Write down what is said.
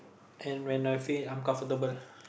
and when I feel uncomfortable